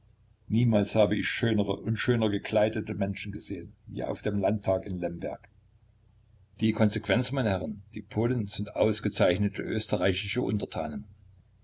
niemals habe ich schönere und schöner gekleidete menschen gesehen wie auf dem landtag in lemberg die konsequenz meine herren die polen sind ausgezeichnete österreichische untertanen